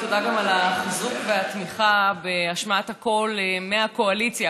ותודה גם על החיזוק והתמיכה בהשמעת הקול מהקואליציה,